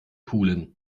pulen